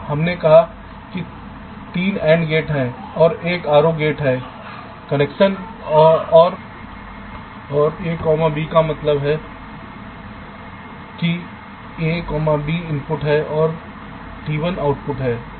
हमने कहा है कि 3 AND गेट हैं और एक OR गेट हैं कन्वेंशन है और t1 a b का मतलब है कि a b इनपुट हैं t1 आउटपुट है